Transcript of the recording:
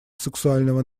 сексуального